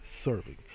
serving